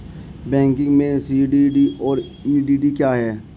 Banking में CDD और EDD क्या हैं?